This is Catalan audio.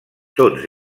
tots